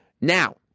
Now